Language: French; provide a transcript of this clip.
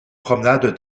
promenade